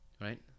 Right